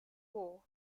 war